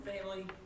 family